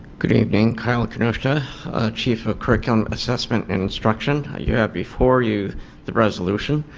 good evening kyle k chief of curriculum assessment and instruction. you have before you the resolution.